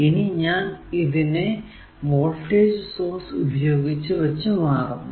ഇനി ഞാൻ ഇതിനെ വോൾടേജ് സോഴ്സ് ഉപയോഗിച്ച് വച്ച് മാറുന്നു